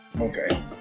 Okay